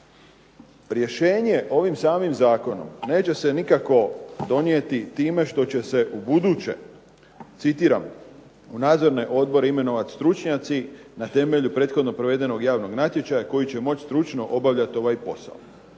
rješenje ovim samim zakonom neće se nikako donijeti time što će se ubuduće, citiram: "…u nadzorne odbore imenovat stručnjaci na temelju prethodno provedenog javnog natječaja koji će moći stručno obavljati ovaj posao."